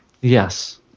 Yes